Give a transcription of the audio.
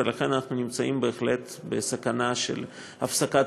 ולכן אנחנו נמצאים בהחלט בסכנה של הפסקת